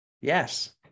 Yes